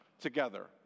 together